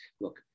Look